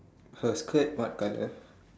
her skirt what colour